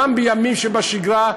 גם בימים שבשגרה,